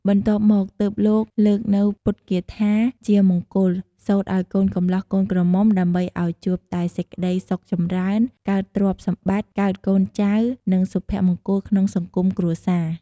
បន្ទាប់មក ទើបលោកលើកនូវពុទ្ធគាថាជាមង្គល សូត្រឱ្យកូនកម្លោះកូនក្រមុំដើម្បីឱ្យជួបតែសេចក្តីសុខចម្រើន កើតទ្រព្យសម្បត្តិ កើតកូនចៅ និងសុភមង្គលក្នុងសង្គមគ្រួសារ។